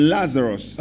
Lazarus